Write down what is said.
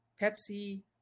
Pepsi